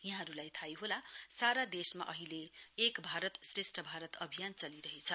यहाँहरूलाई थाहै होला सारा देशमा अहिले एक भारत श्रेष्ठ भारत अभियान चलिरहेछ